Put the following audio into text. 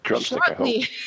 Shortly